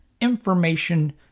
information